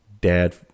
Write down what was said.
dad